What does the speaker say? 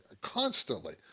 constantly